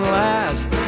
last